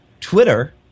Twitter